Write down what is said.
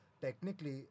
technically